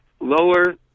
lower